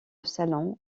salon